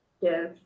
Yes